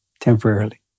Temporarily